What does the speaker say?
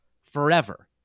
forever